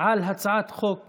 על הצעת חוק